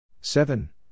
seven